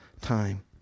time